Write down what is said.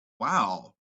wow